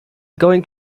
going